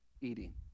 eating